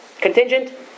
Contingent